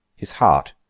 his heart,